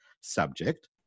subject